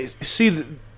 see